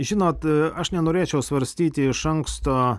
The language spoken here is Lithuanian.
žinot aš nenorėčiau svarstyti iš anksto